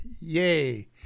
Yay